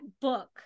book